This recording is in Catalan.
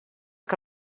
que